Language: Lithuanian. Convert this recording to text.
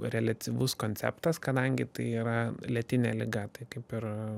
reliatyvus konceptas kadangi tai yra lėtinė liga tai kaip ir